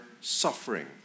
suffering